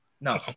No